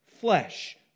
flesh